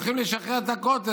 הולכים לשחרר את הכותל.